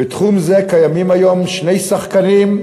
בתחום זה קיימים היום שני שחקנים,